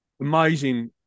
Amazing